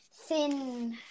thin